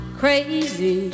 crazy